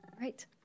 Right